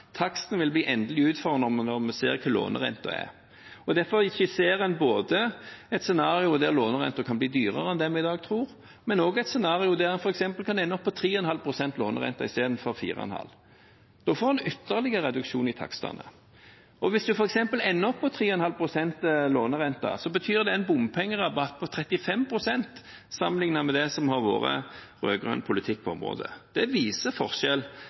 taksten vil bli endelig utformet når vi ser hva lånerenten er. Derfor skisserer en både et scenario der lånerenten kan bli dyrere enn det vi i dag tror, men også et scenario der en f.eks. kan ende på 3,5 pst. lånerente istedenfor 4,5 pst. Da får vi en ytterligere reduksjon i takstene. Hvis en f.eks. ender opp på 3,5 pst. lånerente, betyr det en bompengerabatt på 35 pst. sammenlignet med det som har vært rød-grønn politikk på området. Det viser